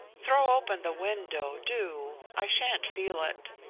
throw open the window, do. i shan't feel it.